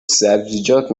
سبزیجات